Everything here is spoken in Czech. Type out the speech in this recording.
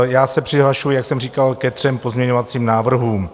Já se přihlašuji, jak jsem říkal, ke třem pozměňovacím návrhům.